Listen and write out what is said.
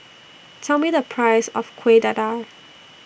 Tell Me The Price of Kueh Dadar